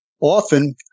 Often